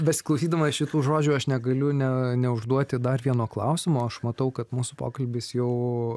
besiklausydamas šitų žodžių aš negaliu ne neužduoti dar vieno klausimo aš matau kad mūsų pokalbis jau